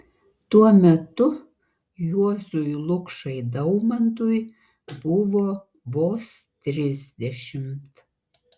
tuo metu juozui lukšai daumantui buvo vos trisdešimt